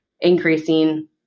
increasing